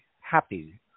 happy